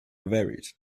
varied